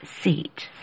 seat